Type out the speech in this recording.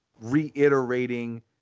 reiterating